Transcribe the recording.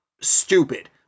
stupid